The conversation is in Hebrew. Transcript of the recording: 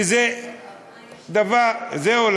שזה דבר, זהו?